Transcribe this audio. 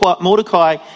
Mordecai